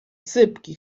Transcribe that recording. sypki